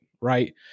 right